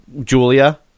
Julia